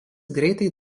greitai